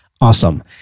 awesome